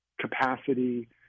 capacity